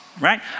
Right